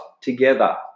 together